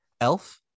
elf